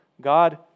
God